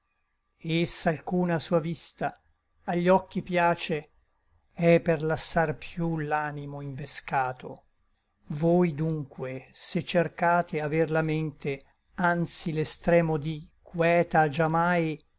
et s'alcuna sua vista agli occhi piace è per lassar piú l'animo invescato voi dunque se cercate aver la mente anzi l'extremo dí queta già mai